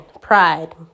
pride